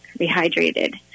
rehydrated